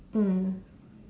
mm